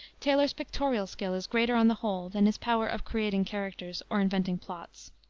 taylor's pictorial skill is greater on the whole than his power of creating characters or inventing plots.